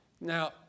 Now